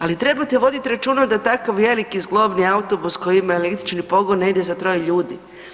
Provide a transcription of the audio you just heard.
Ali trebate voditi računa da takav veliki zglobni autobus koji ima električni pogon ne ide za troje ljudi.